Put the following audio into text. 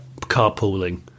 carpooling